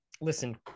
listen